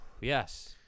Yes